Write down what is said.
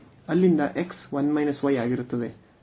ಇಲ್ಲಿಂದ x 1 y ಆಗಿರುತ್ತದೆ